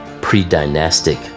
pre-dynastic